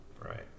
Right